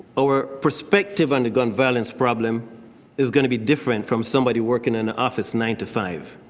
or perspective and gun violence problem is going to be different from somebody working an office nine to five.